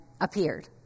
appeared